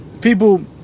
people